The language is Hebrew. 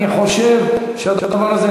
אני חושב שהדבר הזה,